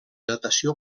datació